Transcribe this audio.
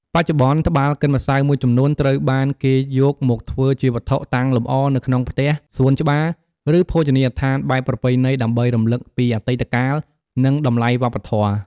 បច្ចុប្បន្ន ត្បាល់កិនម្សៅមួយចំនួនត្រូវបានគេយកមកធ្វើជាវត្ថុតាំងលម្អនៅក្នុងផ្ទះ សួនច្បារ ឬភោជនីយដ្ឋានបែបប្រពៃណី ដើម្បីរំលឹកពីអតីតកាល និងតម្លៃវប្បធម៌។